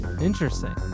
Interesting